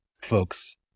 folks